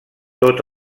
tot